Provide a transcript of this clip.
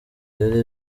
yari